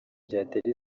byatera